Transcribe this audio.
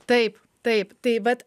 taip taip tai vat